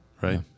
right